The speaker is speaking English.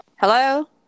Hello